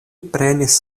prenis